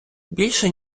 більше